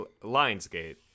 Lionsgate